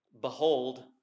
Behold